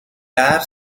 dare